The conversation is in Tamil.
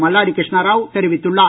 மல்லாடி கிருஷ்ணாராவ் தெரிவித்துள்ளார்